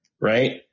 right